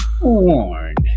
warned